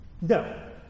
No